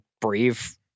brave